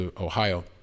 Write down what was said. Ohio